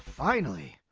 finally.